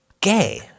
gay